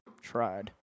Tried